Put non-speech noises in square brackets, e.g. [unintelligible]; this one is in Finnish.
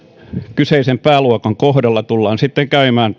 kyseisen pääluokan kohdalla tullaan sitten käymään [unintelligible]